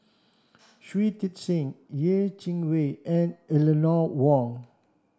Shui Tit Sing Yeh Chi Wei and Eleanor Wong